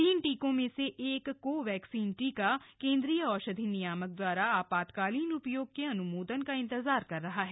तीन टीकों में से एक को वैक्सीन टीका केंद्रीय औषधि नियामक द्वारा आपातकालीन उपयोग के अन्मोदन का इंतजार कर रहा है